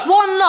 one